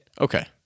Okay